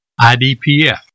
IDPF